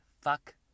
Fuck